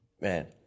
Man